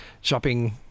shopping